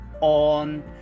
on